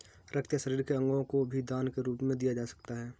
रक्त या शरीर के अंगों को भी दान के रूप में दिया जा सकता है